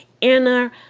inner